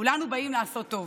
כולנו באים לעשות טוב.